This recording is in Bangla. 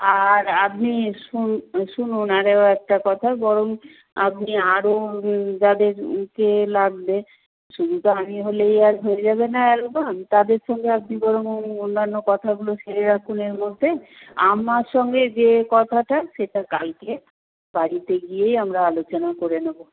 আর আপনি শুনুন আরও একটা কথা বরং আপনি আরও যাদেরকে লাগবে শুধু তো আমি হলেই আর হয়ে যাবে না অ্যালবাম তাদের সঙ্গে আপনি বরং অন্যান্য কথাগুলো সেরে রাখুন এর মধ্যে আমার সঙ্গে যে কথাটা সেটা কালকে বাড়িতে গিয়েই আমরা আলোচনা করে নেব